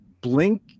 blink